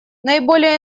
наиболее